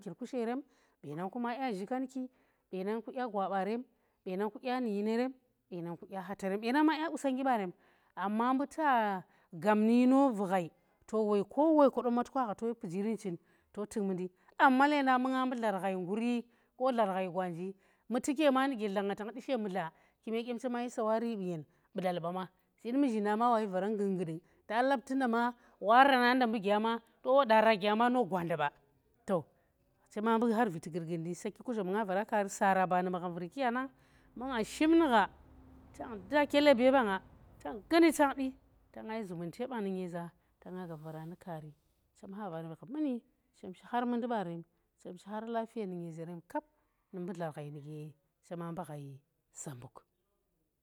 Zhinkir ku sherem ɓe nan ku ma ƙe zhikankir ɓena ku dye gwa ɓa rem, ɓ nan kya nu yinerem, benan ɗya khatarem ku ɓenan ɗya kusoonghi ɓarem, amma mbu ta gap ni yino vughaito ko woi koɗom ma to ka yi pijiiri ni chin, amma ledang mbu dlar ghai nguri ko dlar ghai gwanji mutti ke ma nu ge dla gna kume kyam chema yi sawari ni yen ɓu ɗal ɓa ma yang muzhindan ma wayi varan gungdiin,. Ta lap ti nda ma wa rana ɗang mbu gwa, aa rar gya ma no gwa ɓa, chema ɓu khar viiti gurgur ndi saki kuzhom nga vara kaari nu sara ba magham vurki ya nang mbu nga ship ni gha tang da kelebe ɓa nga tan gnii tang ɗi ta nga yi zumun te ɓan ni nyeza ta nga gab vara nu kari, Chem kha varem gha muni chem yi khar mun ɗi ɓarem ni nyezerem kap nu mbu dlar ghai nu ge chema si zambuk.